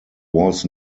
was